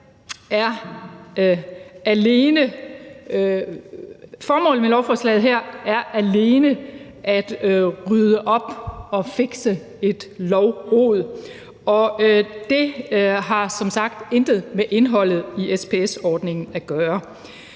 Formålet med lovforslaget her er alene at rydde op og fikse et lovrod, og det har som sagt intet med indholdet i SPS-ordningen at gøre.